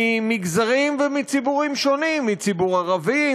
ממגזרים ומציבורים שונים: מציבור ערבי,